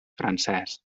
francès